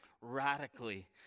Radically